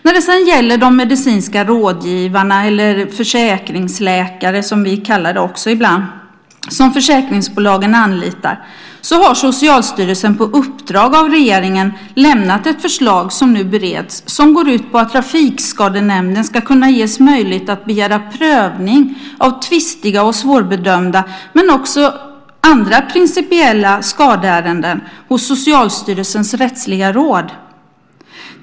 När det sedan gäller de medicinska rådgivare, eller försäkringsläkare som vi också kallar dem ibland, som försäkringsbolagen anlitar har Socialstyrelsen på uppdrag av regeringen lämnat ett förslag som nu bereds som går ut på att Trafikskadenämnden ska kunna ges möjlighet att begära prövning av tvistiga, svårbedömda och andra principiella skadeärenden hos Socialstyrelsens rättsliga råd.